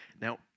Now